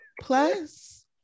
Plus